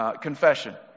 confession